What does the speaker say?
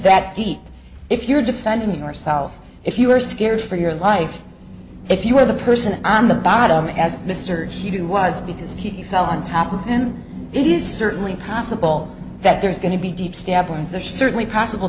that deep if you're defending yourself if you are scared for your life if you were the person on the bottom as mr she was because he fell on top and then it is certainly possible that there's going to be deep stab wounds there are certainly possible